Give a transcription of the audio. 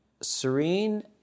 serene